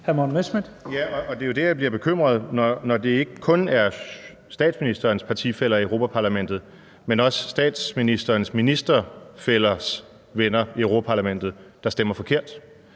(DF): Det er jo der, jeg bliver bekymret, når det ikke kun er statsministerens partifæller i Europa-Parlamentet, men også statsministerens ministerfællers venner i Europa-Parlamentet, der stemmer forkert.